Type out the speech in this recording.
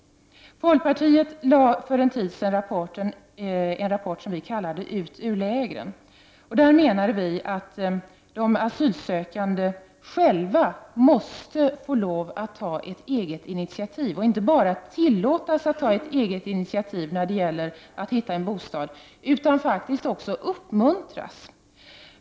Vi i folkpartiet presenterade för en tid sedan rapporten ”Ut ur lägren”, där vi säger att de asylsökande själva måste få lov att ta initiativ. De skall inte bara tillåtas att ta initiativ när det gäller att hitta en bostad, utan de behöver faktiskt också uppmuntras.